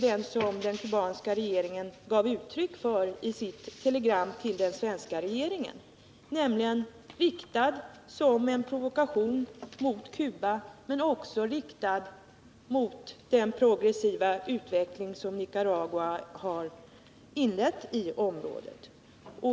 Såsom den kubanska regeringen gav uttryck för i sitt telegram till den svenska regeringen är manövern en provokation riktad mot Cuba men också mot den progressiva utveckling som Nicaragua har inlett i området.